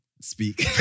Speak